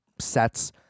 sets